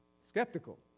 Skeptical